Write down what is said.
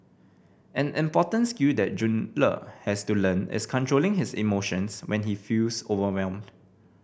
an important skill that Jun Le has to learn is controlling his emotions when he feels overwhelmed